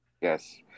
yes